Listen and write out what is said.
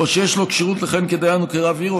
או שיש לו כשירות לכהן כדיין או כרב עיר,